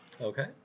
Okay